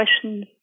questions